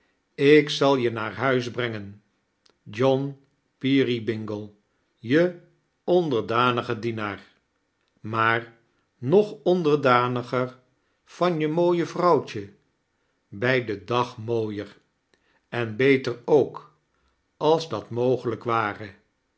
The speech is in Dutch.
ik zal je naar huis brengen john peerybingle je onderdanige dienaar maar nog onderdaniger van je mooie vrouwtje bij den dag mooier en beter ook als dat mogelijk ware